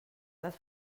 les